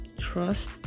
trust